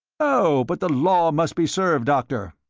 oh, but the law must be served, doctor.